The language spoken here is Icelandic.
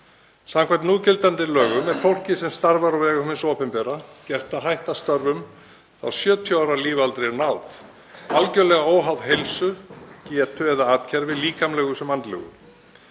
Samkvæmt núgildandi lögum er fólki sem starfar á vegum hins opinbera gert að hætta störfum þegar 70 ára lífaldri er náð, algerlega óháð heilsu, getu eða atgervi, líkamlegu sem andlegu.